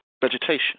vegetation